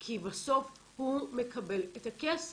כי בסוף הוא מקבל את הכסף.